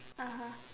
(uh huh)